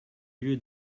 lieu